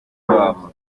wabo